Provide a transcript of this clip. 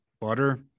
butter